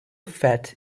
fat